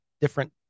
different